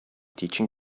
teaching